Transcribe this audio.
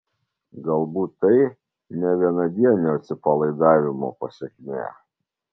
galbūt tai ne vienadienio atsipalaidavimo pasekmė